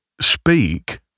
speak